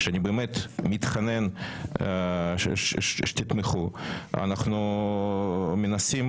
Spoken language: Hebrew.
שאני באמת מתחנן שתתמכו אנחנו מנסים